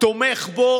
תומך בו